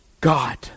God